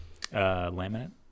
Laminate